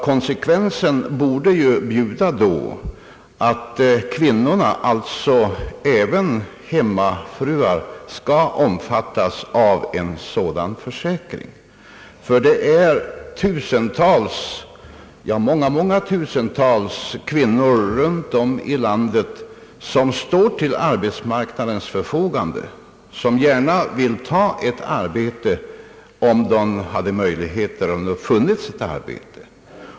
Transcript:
Konsekvensen borde ju bjuda att kvinnorna, alltså även hemmafruar, skall omfattas av en sådan försäkring, ty det är tusentals, ja, många tusentals kvinnor runt om i landet, som står till arbetsmarknadens förfogande och som gärna ville ta ett arbete om de hade möjligheter därtill och om det funnes arbete.